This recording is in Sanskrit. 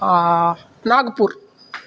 नागपुर्